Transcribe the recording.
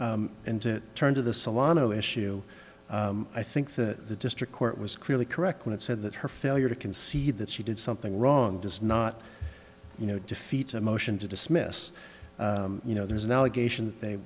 to turn to the salon zero issue i think that the district court was clearly correct when it said that her failure to concede that she did something wrong does not you know defeat a motion to dismiss you know there's an allegation they